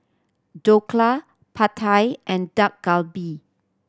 Dhokla Pad Thai and Dak Galbi